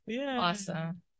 Awesome